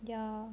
ya